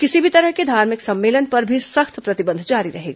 किसी भी तरह के धार्मिक सम्मेलन पर भी सख्त प्रतिबंध जारी रहेगा